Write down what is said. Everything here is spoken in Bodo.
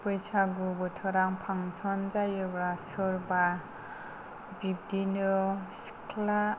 बैसागु बोथोराव फांक्सन जायोबा सोरबा बिब्दिनो सिख्ला